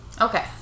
Okay